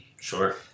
Sure